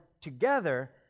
together